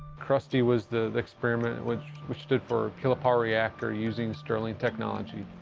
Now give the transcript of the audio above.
krusty was the experiment, which which stood for kilopower reactor using stirling technology.